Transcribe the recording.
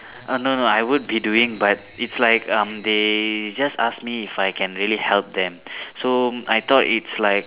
oh no no I would be doing but it's like um they just ask me if I can really help them so I thought it's like